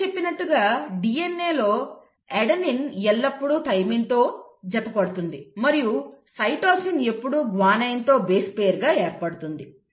నేను చెప్పినట్లుగా DNAలో అడెనిన్ ఎల్లప్పుడూ థైమిన్తో జత పడుతుంది మరియు సైటోసిన్ ఎప్పుడు గ్వానైన్తో బేస్ పెయిర్గా ఏర్పడుతుంది